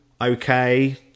Okay